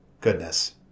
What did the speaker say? Goodness